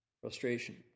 frustration